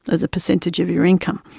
as a percentage of your income,